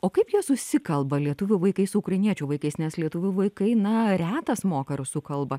o kaip jie susikalba lietuvių vaikai su ukrainiečių vaikais nes lietuvių vaikai na retas moka rusų kalbą